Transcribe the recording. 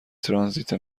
ترانزیت